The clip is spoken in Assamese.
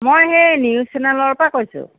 মই সেই নিউজ চেনেলৰ পৰা কৈছোঁ